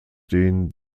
den